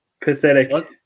Pathetic